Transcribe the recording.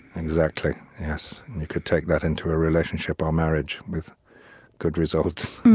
exactly. yes. you could take that into a relationship or marriage with good results.